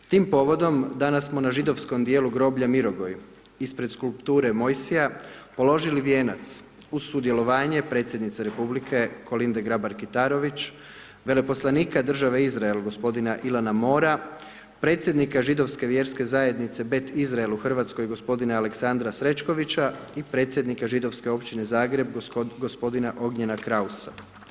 Tim povodom danas smo na židovskom dijelu groblja Mirogoju ispred skulpture Mojsija položili vijenac uz sudjelovanje predsjednice republike Kolinde Grabar Kitarović, veleposlanika države Izrael, g. Ilana Mora, predsjednika Židovske vjerske zajednice, bet Izrael u Hrvatskoj, gospodina Aleksandra Srećkovića i predsjednika Židovske općine Zagreb, g. Ognjena Krausa.